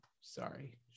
sorry